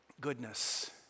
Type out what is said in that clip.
goodness